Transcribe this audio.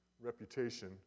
reputation